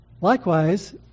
Likewise